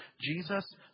Jesus